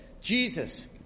Jesus